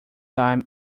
time